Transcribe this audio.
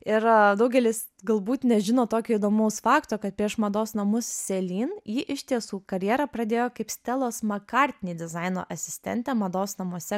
ir daugelis galbūt nežino tokio įdomaus fakto kad prieš mados namus celine ji iš tiesų karjerą pradėjo kaip stelos makartni dizaino asistentė mados namuose